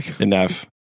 enough